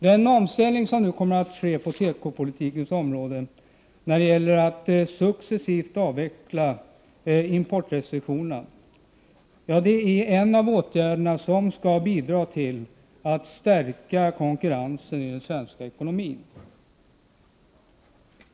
Den omställning som nu kommer att ske på tekopolitikens område för att successivt avveckla importrestriktionerna är en av de åtgärder som skall bidra till att stärka konkurrenskraften i den svenska ekonomin.